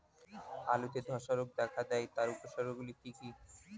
আলুতে ধ্বসা রোগ দেখা দেয় তার উপসর্গগুলি কি কি?